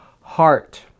heart